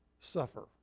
suffer